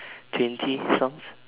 twenty songs